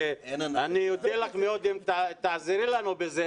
ואני אודה לך מאוד אם תעזרי לנו בזה,